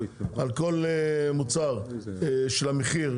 של המחיר,